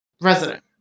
Resident